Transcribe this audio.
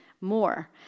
more